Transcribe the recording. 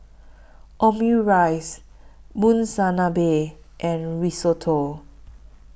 Omurice Monsunabe and Risotto